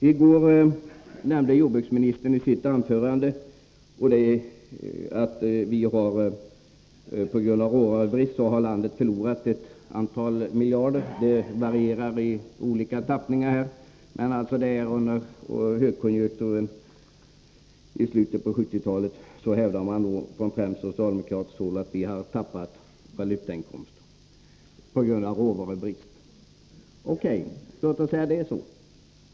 I går nämnde jordbruksministern i sitt anförande att landet på grund av råvarubrist under högkonjunturen i slutet på 1970-talet förlorade ett antal miljarder — antalet varierar i olika tappningar. Det hävdas från främst socialdemokratiskt håll att vi har tappat valutainkomster på grund av råvarubrist. O. K., låt oss säga att det är så.